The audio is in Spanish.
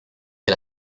que